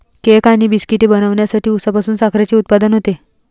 cake आणि बिस्किटे बनवण्यासाठी उसापासून साखरेचे उत्पादन होते